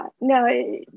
no